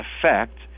effect